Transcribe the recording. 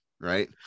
right